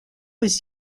was